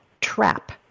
trap